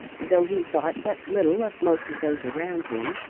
though he thought but little of most of those around him,